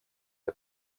для